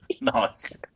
nice